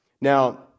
now